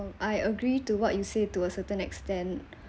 uh I agree to what you say to a certain extent